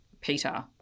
Peter